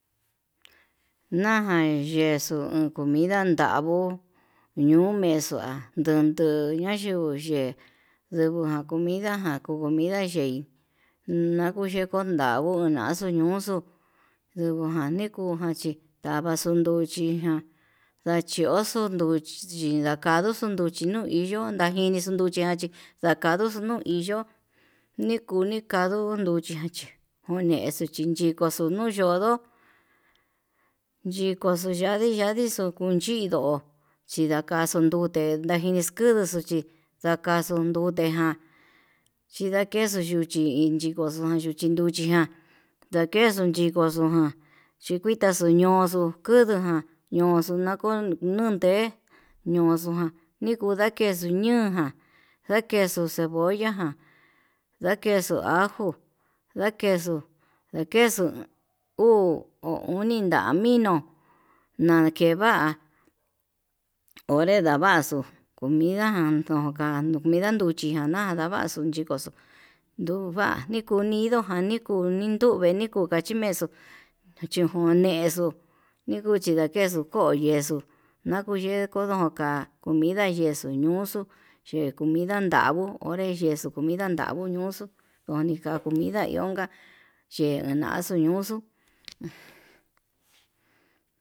Ndaján yexuu comida ndanguo ñoo vexua ndandu nayungu ye'e, ndeguo comijan ndandungue ye'í nakuu ndenguo yanguo naxuu ñuxu ndungujan nikujan chí, ndavaxuu nruchi ján ndachioxo nruchi ndakaduxu nruchí nuu iyo'o ndajinixo nruchi ha'a chí ndakdu xuu nuu iyo nikuu nikandu chí unexo ninchiguo ngoxuu nuu yondo ndikoxu ya'a yandi yandixo kunchindo chinakaxu nrute ndai en escuduxo xhí ndakaxuu nrute ján chindakexu nruchi iin chikoxo nruchi jan ndakexu nrukuxu ján chikuita xuñoxo kunduján ñoxo nakón nakonde ñoxu ján nikuu ndakexu ñoján, ndakexu cebolla ján ndakexuu ajó, ndakexo uu oni nrá minó nakeva'a onré ndavaxu comida ndokan comida nruchi ján ndavaxuu yikonxon nduva'a ndiko nidoján nikounde nduve niko kachimexo nikochimexo nduchi nakexo kuu yexo'o, nakunden ke koi ka'a comida ñexuu ñuxuu yee comida nanguo onre yexo comida nanguo oñuxu onika comida nguionka ye'e inaxu ñuuxu.